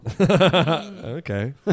Okay